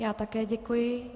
Já také děkuji.